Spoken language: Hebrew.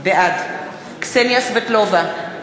בעד קסניה סבטלובה,